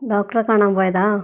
ഡോക്ടറെ കാണാൻ പോയതാ